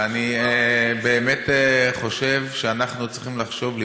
ואני באמת חושב שאנחנו צריכים לחשוב,